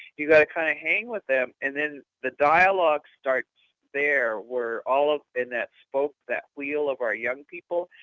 you've got to kind of hang with them. and then, the dialogue starts. there, where all up in that spoke, that wheel of our young people,